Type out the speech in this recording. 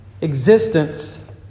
existence